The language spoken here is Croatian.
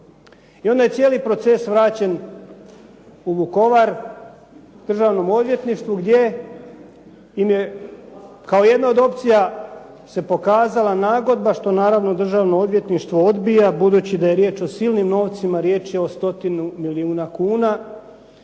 I onda je cijeli proces vraćen u Vukovar državnom odvjetništvu gdje im je kao jedna od opcija se pokazala nagodba što naravno Državno odvjetništvo odbija budući da je riječ o silnim novcima, riječ o stotinu milijuna kuna